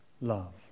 love